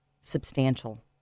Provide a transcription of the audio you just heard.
substantial